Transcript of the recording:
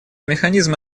механизмы